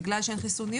בגלל שאין חיסוניות,